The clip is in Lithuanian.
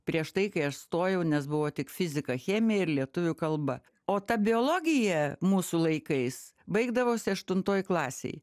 prieš tai kai aš stojau nes buvo tik fizika chemija ir lietuvių kalba o ta biologija mūsų laikais baigdavosi aštuntoj klasėj